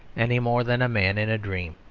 any more than a man in a dream.